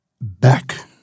back